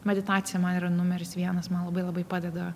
meditacija man yra numeris vienas man labai labai padeda